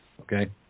okay